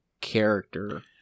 character